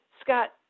Scott